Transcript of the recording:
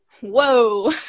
whoa